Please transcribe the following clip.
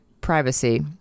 privacy